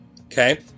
Okay